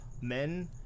men